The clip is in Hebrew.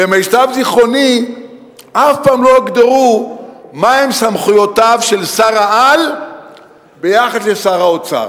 למיטב זיכרוני אף פעם לא הוגדרו סמכויותיו של שר-העל ביחס לשר האוצר.